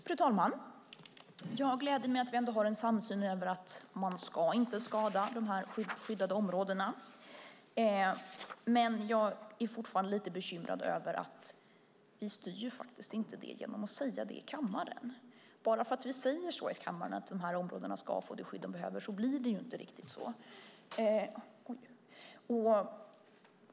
Fru talman! Det gläder mig att vi har en samsyn i att man inte ska skada de skyddade områdena. Vi styr dock inte det genom att säga det i kammaren. Bara för att vi säger att dessa områden ska få det skydd de behöver blir det inte så.